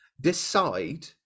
decide